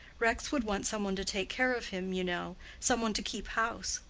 rex would want some one to take care of him, you know some one to keep house.